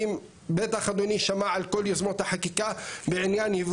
בטח אדוני שמע על כל יוזמות החקיקה בעניין ייבוא